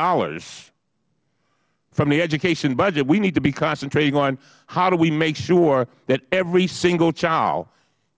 million from the education budget we need to be concentrating on how do we make sure that every single child